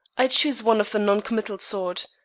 i chose one of the non-committal sort.